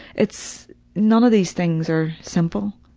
it's none of these things are simple,